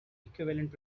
equivalent